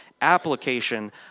application